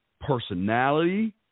Personality